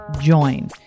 join